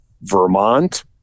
Vermont